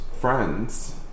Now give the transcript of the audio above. friends